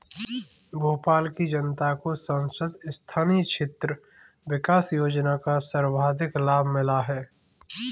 भोपाल की जनता को सांसद स्थानीय क्षेत्र विकास योजना का सर्वाधिक लाभ मिला है